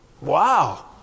Wow